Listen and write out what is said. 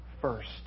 first